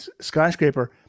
skyscraper